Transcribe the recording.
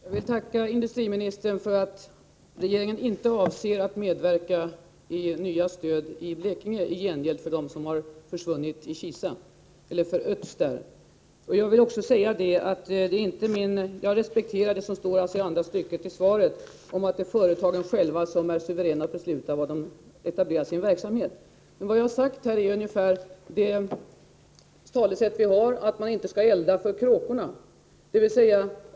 Herr talman! Jag vill tacka industriministern för att regeringen inte avser att medverka i nya stöd till Blekinge sedan arbetstillfällen har förötts i Kisa. Jag vill också säga att jag respekterar det som står i andra stycket i svaret om att företagen själva är suveräna att besluta om var de etablerar sin verksamhet. Vad jag har sagt är ungefär att— det finns ju ett sådant talesätt — man inte skall elda för kråkorna.